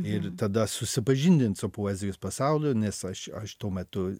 ir tada susipažindint su poezijos pasauliu nes aš aš tuo metu